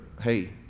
hey